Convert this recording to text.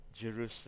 Jerusalem